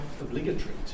obligatory